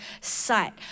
sight